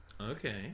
okay